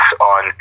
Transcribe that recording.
on